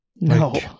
No